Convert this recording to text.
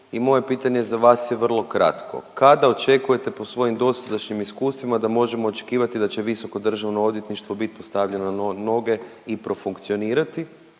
i moje pitanje za vas je vrlo kratko. Kada očekujete po svojim dosadašnjim iskustvima da možemo očekivati da će visoko državno odvjetništvo bit postavljeno na noge i profunkcionirati,